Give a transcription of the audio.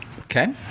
Okay